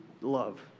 love